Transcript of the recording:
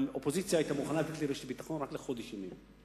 והאופוזיציה היתה מוכנה לתת לי רשת ביטחון רק לחודש ימים,